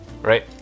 right